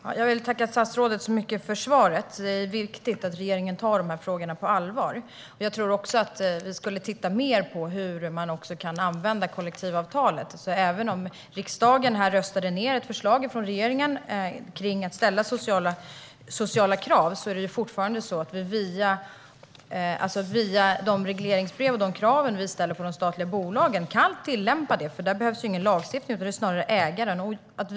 Herr talman! Jag tackar statsrådet för svaret. Det är viktigt att regeringen tar frågorna på allvar. Vi skulle kunna titta mer på hur kollektivavtalet kan användas. Även om riksdagen röstade ned ett förslag från regeringen om att ställa sociala krav kan vi via regleringsbreven och kraven på de statliga bolagen tillämpa kollektivavtalet. Där behövs ingen lagstiftning, utan det är snarare fråga om ägaren.